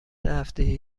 هفته